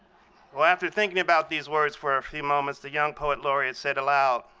well after thinking about these words for a few moments, the young poet laureate said aloud,